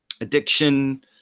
addiction